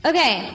Okay